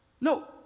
No